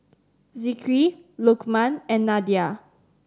Zikri Lukman and Nadia